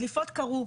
דליפות קרו,